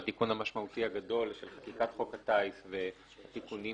בתיקון המשמעותי הגדול של חקיקת חוק הטיס ובתיקונים